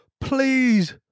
please